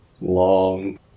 long